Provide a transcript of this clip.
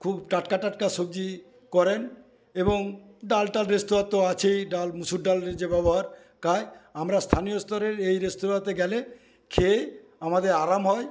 খুব টাটকা টাটকা সবজি করেন এবং ডালটা রেস্তোরাঁর তো আছেই ডাল মুসুর ডাল যে যেভাবে হওয়ার খায় আর আমরা স্থানীয়স্তরের এই রেস্তোরাঁতে গেলে খেয়ে আমাদের আরাম হয়